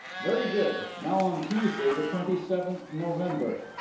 very good. now on tuesday the twenty-seventh november.